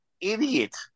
idiot